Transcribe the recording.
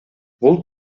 бул